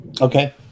Okay